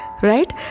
Right